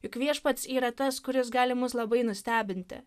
juk viešpats yra tas kuris gali mus labai nustebinti